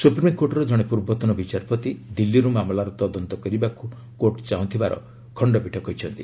ସୁପ୍ରିମ୍କୋର୍ଟର ଜଣେ ପୂର୍ବତନ ବିଚାରପତି ଦିଲ୍ଲୀରୁ ମାମଲାର ତଦନ୍ତ କରିବାକୁ କୋର୍ଟ୍ ଚାହୁଁଥିବାର ଖଣ୍ଡପୀଠ କହିଛନ୍ତି